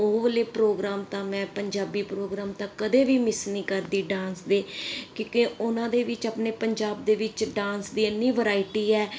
ਉਹ ਵਾਲੇ ਪ੍ਰੋਗਰਾਮ ਤਾਂ ਮੈਂ ਪੰਜਾਬੀ ਪ੍ਰੋਗਰਾਮ ਤਾਂ ਕਦੇ ਵੀ ਮਿਸ ਨਹੀਂ ਕਰਦੀ ਡਾਂਸ ਦੇ ਕਿਉਂਕਿ ਉਹਨਾਂ ਦੇ ਵਿੱਚ ਆਪਣੇ ਪੰਜਾਬ ਦੇ ਵਿੱਚ ਡਾਂਸ ਦੀ ਇੰਨੀ ਵਰਾਇਟੀ ਹੈ